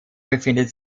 befindet